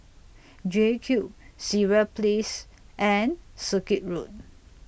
JCube Sireh Place and Circuit Road